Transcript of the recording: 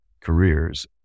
careers